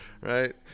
right